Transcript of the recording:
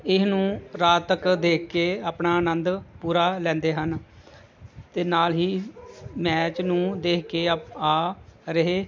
ਇਹਨੂੰ ਰਾਤ ਤੱਕ ਦੇਖ ਕੇ ਆਪਣਾ ਆਨੰਦ ਪੂਰਾ ਲੈਂਦੇ ਹਨ ਅਤੇ ਨਾਲ ਹੀ ਮੈਚ ਨੂੰ ਦੇਖ ਕੇ ਆਪ ਆ ਰਹੇ